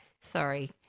Sorry